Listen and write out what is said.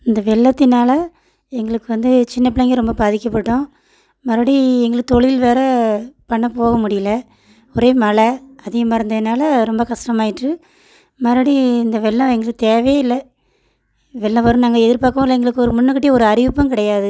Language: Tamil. இந்த வெள்ளத்தினால் எங்களுக்கு வந்து சின்னப்பிள்ளைங்க ரொம்ப பாதிக்கப்பட்டோம் மறுபடி எங்களுக்கு தொழில் வேறு பண்ண போக முடியல ஒரே மழ அதிகமாக இருந்ததுனால ரொம்ப கஷ்டமாயிட்டு மறுபடி இந்த வெள்ளம் எங்களுக்கு தேவையே இல்லை வெள்ளம் வரும்ன்னு நாங்கள் எதிர்பார்க்கவும் இல்லை எங்களுக்கு ஒரு முன்னக்கூட்டியே ஒரு அறிவிப்பும் கிடையாது